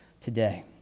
today